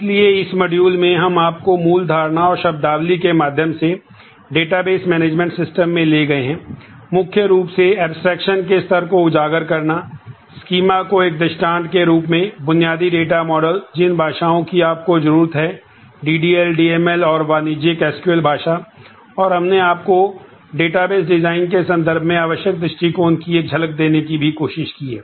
इसलिए इस module design के संदर्भ में आवश्यक दृष्टिकोण की एक झलक देने की भी कोशिश की है